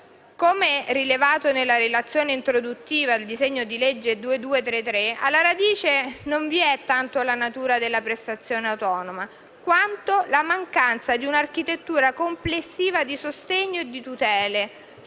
Come rilevato nella relazione introduttiva al disegno di legge n. 2233, alla radice non vi è tanto la natura della prestazione autonoma, quanto la mancanza di un architettura complessiva di sostegno e di tutele,